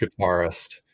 guitarist